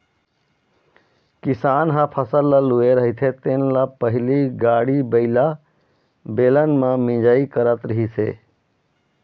किसान ह फसल ल लूए रहिथे तेन ल पहिली गाड़ी बइला, बेलन म मिंजई करत रिहिस हे